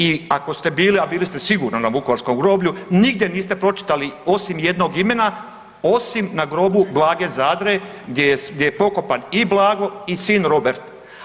I ako ste bili, a bili ste sigurno na Vukovarskom groblju nigdje niste pročitali osim jednog imena, osim na grobu Blage Zadre gdje je pokopan i Blago i sin Robert.